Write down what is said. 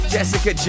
Jessica